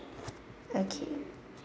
okay